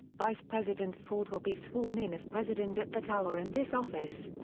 vice president ford will be sworn in as president at that hour in this office.